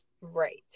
Right